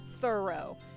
thorough